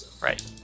Right